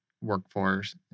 workforce